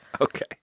Okay